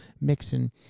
mixing